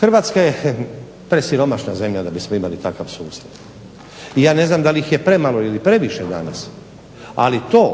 Hrvatska je presiromašna zemlja da bismo imali takav sustav. I ja ne znam da li ih je premalo ili previše danas, ali to